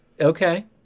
Okay